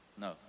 No